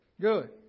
Good